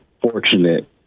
fortunate